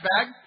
bag